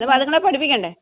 അപ്പോൾ അതുങ്ങളെ പഠിപ്പിക്കണ്ടേ